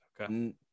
Okay